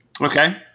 Okay